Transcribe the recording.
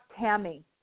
Tammy